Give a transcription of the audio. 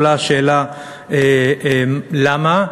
למה?